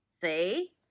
See